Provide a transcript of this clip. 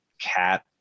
cat